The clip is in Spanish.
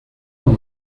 los